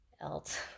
else